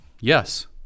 yes